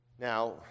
Now